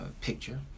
picture